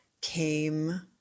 came